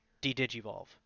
D-Digivolve